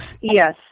yes